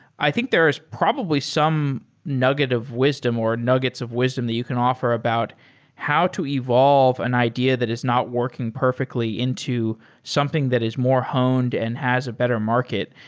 i think there is probably some nugget of wisdom, or nuggets of wisdom that you can offer about how to evolve an idea that is not working perfectly into something that is more honed and has a better market.